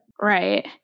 right